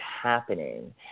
happening